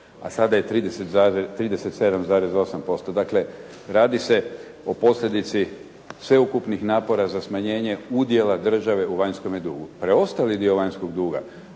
a sada je 37,8%. Dakle, radi se o posljedici sveukupnih napora za smanjenja udjela države u vanjskome dugu. Preostali dio vanjskog duga